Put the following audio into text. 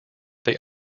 they